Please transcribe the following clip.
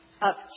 up